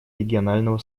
регионального